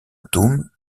atomes